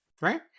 Right